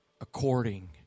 according